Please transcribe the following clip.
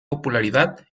popularidad